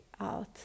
out